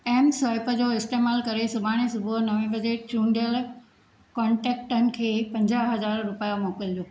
M swipe जो इस्तेमालु करे सुभाणे सुबुह नवें बजे चूंडियलु कोन्टेकटनि खे पंजाहु हज़ार रुपिया मोकिलिजो